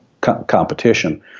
competition